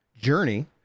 journey